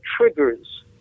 triggers